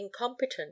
incompetent